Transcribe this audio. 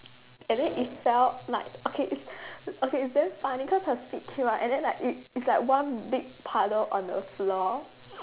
and then it fell like okay it's okay it's damn funny cause her spit came out and then like it's like one big puddle on the floor